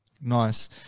nice